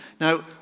Now